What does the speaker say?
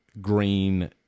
green